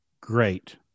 great